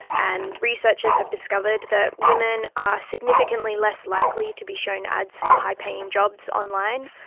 and researchers have discovered that women are significantly less likely to be shown ads for high paying jobs online,